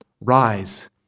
Rise